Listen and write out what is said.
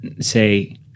say